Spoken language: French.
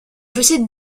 possède